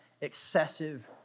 excessive